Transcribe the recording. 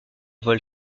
vol